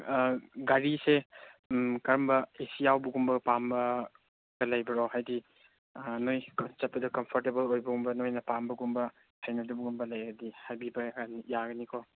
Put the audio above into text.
ꯒꯥꯔꯤꯁꯦ ꯀꯔꯝꯕ A C ꯌꯥꯎꯕꯒꯨꯝꯕ ꯄꯥꯝꯕꯒ ꯂꯩꯕ꯭ꯔꯣ ꯍꯥꯏꯗꯤ ꯅꯣꯏ ꯆꯠꯄꯗ ꯀꯝꯐꯣꯔꯇꯦꯕꯜ ꯑꯣꯏꯕꯒꯨꯝꯕ ꯅꯣꯏꯅ ꯄꯥꯝꯕꯒꯨꯝꯕ ꯍꯩꯅꯗꯕꯒꯨꯝꯕ ꯂꯩꯔꯗꯤ ꯍꯥꯏꯕꯤꯕ ꯌꯥꯒꯅꯤꯀꯣ